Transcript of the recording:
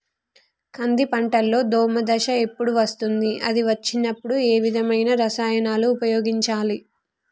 కంది పంటలో దోమ దశ ఎప్పుడు వస్తుంది అది వచ్చినప్పుడు ఏ విధమైన రసాయనాలు ఉపయోగించాలి?